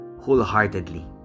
wholeheartedly